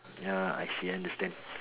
ya I see understand